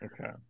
Okay